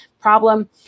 problem